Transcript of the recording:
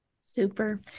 Super